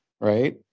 right